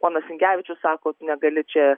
ponas sinkevičius sako tu negali čia